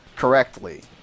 Correctly